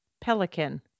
pelican